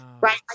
right